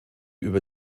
über